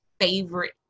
favorite